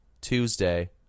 Tuesday